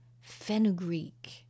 fenugreek